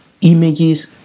images